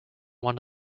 one